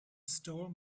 stole